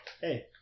Hey